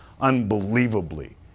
Unbelievably